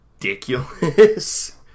ridiculous